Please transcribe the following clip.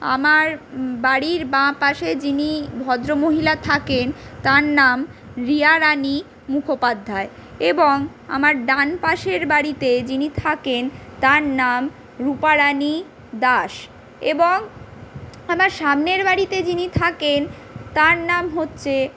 আমার বাড়ির বাঁ পাশে যিনি ভদ্রমহিলা থাকেন তার নাম রিয়ারানি মুখোপাধ্যায় এবং আমার ডান পাশের বাড়িতে যিনি থাকেন তার নাম রূপারানি দাস এবং আমার সামনের বাড়িতে যিনি থাকেন তার নাম হচ্ছে